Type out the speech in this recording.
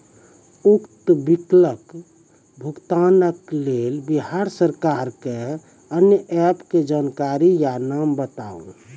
उक्त बिलक भुगतानक लेल बिहार सरकारक आअन्य एप के जानकारी या नाम बताऊ?